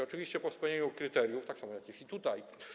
Oczywiście po spełnieniu kryteriów, tak samo jak i tutaj.